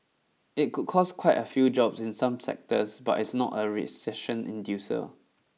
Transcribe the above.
it could cost quite a few jobs in some sectors but it's not a recession inducer